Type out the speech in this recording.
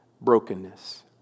brokenness